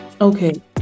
Okay